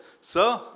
sir